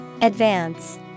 Advance